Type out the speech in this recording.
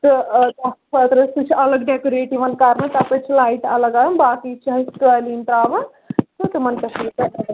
تہٕ تَتھ خٲطرٕ سُہ چھِ اَلگ ڈٮ۪کُریٹ یِوان کَرنہٕ تَتھ پٮ۪ٹھ چھِ لایِٹ اَلَگَن باقٕے چھِ حظ قٲلیٖن ترٛاوان تہٕ تِمَن پٮ۪ٹھ چھِ